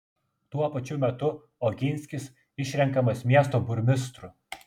tuo pačiu metu oginskis išrenkamas miesto burmistru